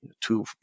two